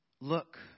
Look